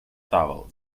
towel